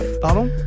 Pardon